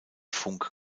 funk